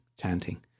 chanting